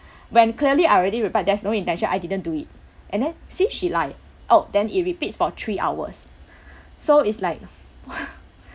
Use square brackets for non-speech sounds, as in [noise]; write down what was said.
when clearly I already replied there's no intention I didn't do it and then see she lie oh then it repeats for three hours [breath] so it's like [breath]